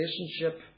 relationship